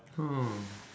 hmm